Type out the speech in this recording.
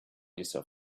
yourself